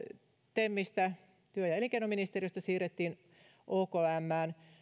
temistä työ ja elinkeinoministeriöstä siirrettiin okmään